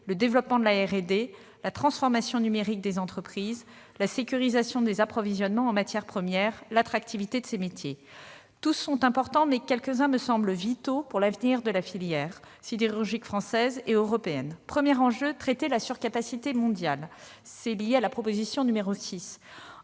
et développement, la transformation numérique des entreprises, la sécurisation des approvisionnements en matières premières, l'attractivité de ses métiers. Tous sont importants, mais quelques-uns me semblent vitaux pour l'avenir de la filière sidérurgique française et européenne. Le premier enjeu est de traiter la surcapacité mondiale, ce qui renvoie à la proposition n° 6.